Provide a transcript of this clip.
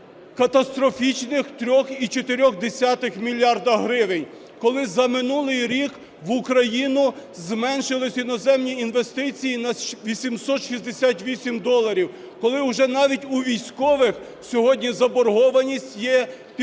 катастрофічних 3,4 мільярда гривень, коли за минулий рік в Україну зменшились іноземні інвестиції на 868 доларів, коли уже навіть у військових сьогодні заборгованість є в